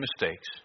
mistakes